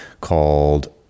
called